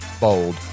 bold